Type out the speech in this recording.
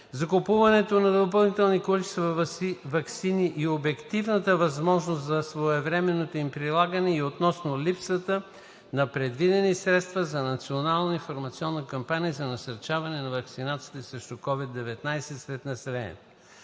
закупуването на допълнителни количества ваксини и обективната възможност за своевременното им прилагане и относно липсата на предвидени средства за национална информационна кампания за насърчаване на ваксинацията срещу COVID-19 сред населението.